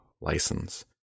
license